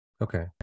Okay